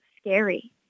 scary